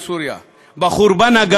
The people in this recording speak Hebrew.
בחורבן הגדול והנורא,